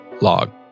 log